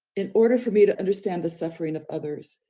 in order for me to understand the suffering of others,